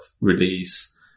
release